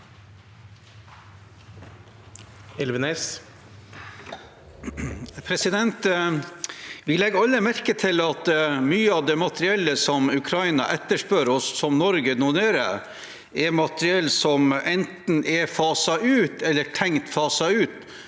Vi legger alle merke til at mye av det materiellet som Ukraina etterspør, og som Norge donerer, er materiell som enten er faset ut eller tenkt faset ut